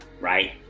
right